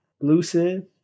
Lucid